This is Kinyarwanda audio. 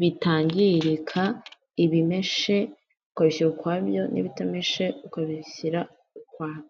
bitangirika, ibimeshe ukabishyira ukwabyo n'ibitameshe ukabishyira ukwabyo.